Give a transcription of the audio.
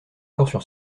d’accord